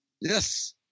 Yes